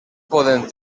poden